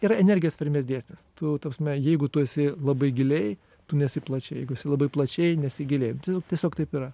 yra energijos tvermės dėsnis tu ta prasme jeigu tu esi labai giliai tu nesi plačiai jeigu esi labai plačiai nesi giliai tiesiog taip yra